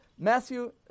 Matthew